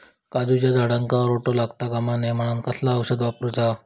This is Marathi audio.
काजूच्या झाडांका रोटो लागता कमा नये म्हनान कसला औषध वापरूचा?